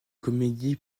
comédies